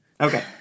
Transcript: okay